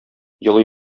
елый